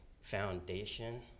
foundation